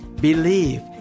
Believe